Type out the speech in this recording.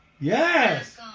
Yes